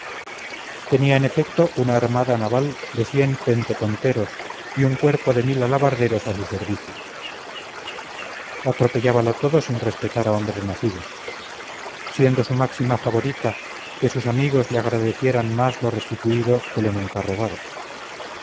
tenía en efecto una armada naval de penteconteros y un cuerpo de mil alabarderos a su servicio atropellábalo todo sin respetar a hombre nacido siendo su máxima favorita que sus amigos le agradecerían más lo restituido que lo nunca robado